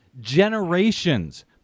generations